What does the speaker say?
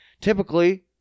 Typically